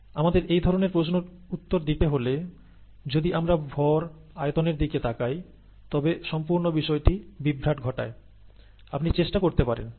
আমাদের এই ধরনের প্রশ্নের উত্তর দিতে হলে যদি আমরা ভর আয়তনের দিকে তাকাই তবে সম্পূর্ণ বিষয়টি ভুল পথে নিয়ে যায় আপনি চেষ্টা করতে পারেন